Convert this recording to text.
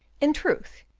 in truth,